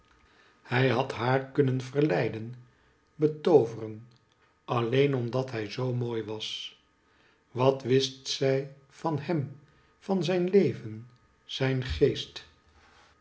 hij had haar kunnen verleiden betooveren alleen omdat hij zoo mooi was wat wist zij van hem van zijn leven zijn geest